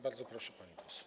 Bardzo proszę, pani poseł.